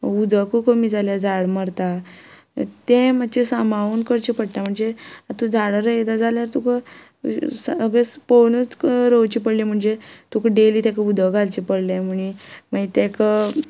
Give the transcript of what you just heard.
उदकूच कमी जाल्यार झाड मरता तें मातशे सांबाळून करचें पडटा म्हणजे आतां झाडां रयता जाल्यार तुका सगळें पळोवनूच रोवची पडले म्हणजे तुका डेली ताका उदक घालचें पडलें म्हण ताका